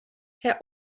herr